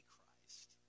Christ